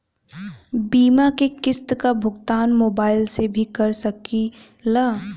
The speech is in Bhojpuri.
बीमा के किस्त क भुगतान मोबाइल से भी कर सकी ला?